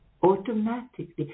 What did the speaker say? Automatically